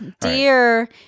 Dear